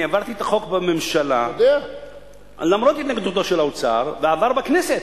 אני העברתי את החוק בממשלה למרות התנגדותו של האוצר וזה עבר בכנסת.